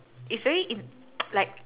it's very in~ like